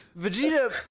Vegeta